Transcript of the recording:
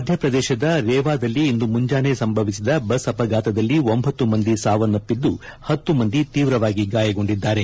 ಮಧ್ಯ ಪ್ರದೇಶದ ರೇವಾದಲ್ಲಿ ಇಂದು ಮುಂಜಾನೆ ಸಂಭವಿಸಿದ ಬಸ್ ಅಪಘಾತದಲ್ಲಿ ಒಂಭತ್ತು ಮಂದಿ ಸಾವನಪ್ಪಿದ್ದು ಹತ್ತು ಮಂದಿ ತೀವ್ರವಾಗಿ ಗಾಯಗೊಂಡಿದ್ದಾರೆ